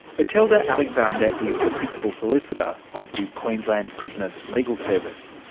matilda alexander is the principal solicitor of the queensland prisoners' legal service.